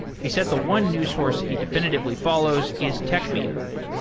he said the one news source he definitively follows is techmeme.